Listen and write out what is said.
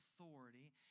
authority